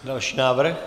Další návrh.